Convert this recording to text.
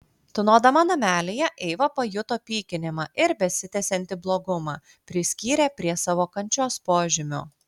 tūnodama namelyje eiva pajuto pykinimą ir besitęsiantį blogumą priskyrė prie savo kančios požymių